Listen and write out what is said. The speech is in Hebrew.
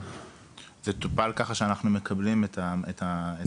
זה טופל בכך שאנחנו מקבלים את הערעור.